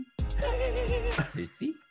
sissy